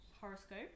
horoscope